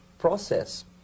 process